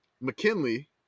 McKinley